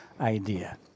idea